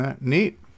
Neat